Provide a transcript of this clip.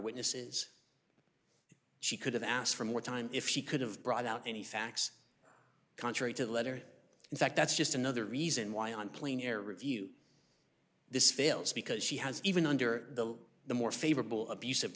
witnesses she could have asked for more time if she could have brought out any facts contrary to the letter in fact that's just another reason why on clean air review this fails because she has even under the the more favorable abus